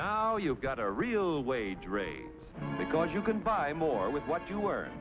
now you got a real wage rate because you can buy more with what you